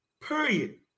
period